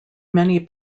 many